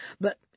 But